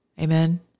Amen